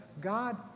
God